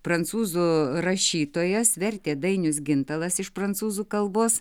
prancūzų rašytojas vertė dainius gintalas iš prancūzų kalbos